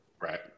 Right